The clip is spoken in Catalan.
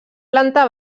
planta